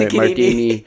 martini